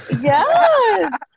Yes